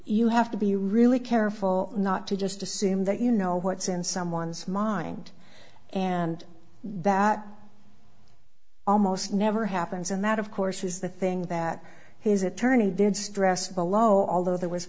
you have to be really careful not to just assume that you know what's in someone's mind and that almost never happens and that of course is the thing that his attorney did stress below